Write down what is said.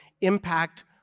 impact